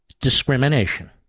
discrimination